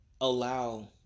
allow